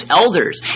elders